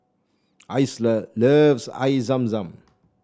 Isla loves Air Zam Zam